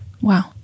Wow